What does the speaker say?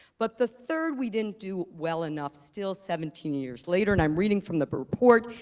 but the third, we didn't do well enough still seventeen years later, and i'm reading from the but report.